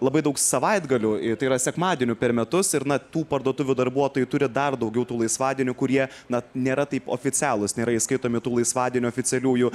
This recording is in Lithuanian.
labai daug savaitgalių tai yra sekmadienių per metus ir na tų parduotuvių darbuotojai turi dar daugiau tų laisvadienių kurie na nėra taip oficialūs nėra įskaitomi tų laisvadienių oficialiųjų